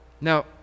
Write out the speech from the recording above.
Now